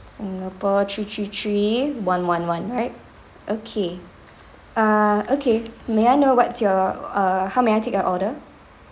singapore three three three one one one right okay ah okay may I know what's your err how may I take your order